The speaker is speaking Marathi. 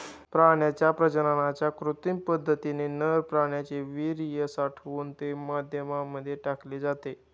प्राण्यांच्या प्रजननाच्या कृत्रिम पद्धतीने नर प्राण्याचे वीर्य साठवून ते माद्यांमध्ये टाकले जाते